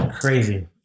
Crazy